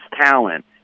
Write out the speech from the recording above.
talent